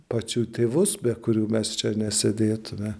pačių tėvus be kurių mes čia nesėdėtume